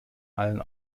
allen